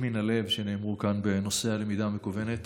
מן הלב שנאמרו כאן בנושא הלמידה המקוונת.